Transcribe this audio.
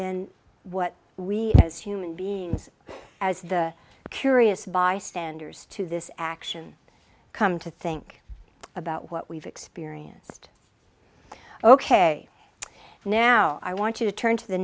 then what we as human beings as the curious bystanders to this action come to think about what we've experienced ok now i want to turn to the